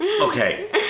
Okay